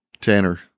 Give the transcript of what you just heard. Tanner